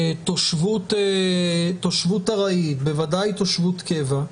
תושבות ארעית, בוודאי תושבות קבע.